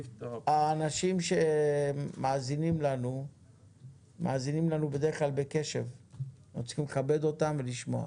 האנשים מאזינים לנו בקשב ואנחנו צריכים לכבד אותם ולשמוע.